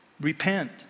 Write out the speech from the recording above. repent